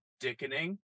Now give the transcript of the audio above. dickening